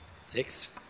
Six